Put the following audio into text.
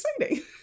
exciting